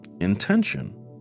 Intention